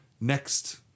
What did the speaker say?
next